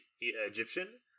Egyptian